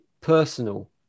personal